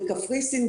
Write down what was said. בקפריסין,